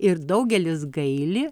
ir daugelis gaili